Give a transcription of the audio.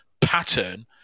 pattern